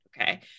Okay